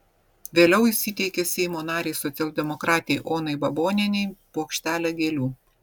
vėliau jis įteikė seimo narei socialdemokratei onai babonienei puokštelę gėlių